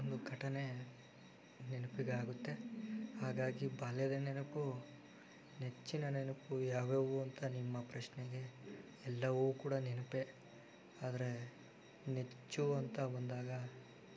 ಒಂದು ಘಟನೆ ನೆನಪಿಗೆ ಆಗುತ್ತೆ ಹಾಗಾಗಿ ಬಾಲ್ಯದ ನೆನಪು ನೆಚ್ಚಿನ ನೆನಪು ಯಾವ್ಯಾವು ಅಂತ ನಿಮ್ಮ ಪ್ರಶ್ನೆಗೆ ಎಲ್ಲವೂ ಕೂಡ ನೆನಪೇ ಆದರೆ ನೆಚ್ಚು ಅಂತ ಬಂದಾಗ